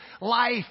life